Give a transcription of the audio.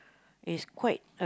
is quite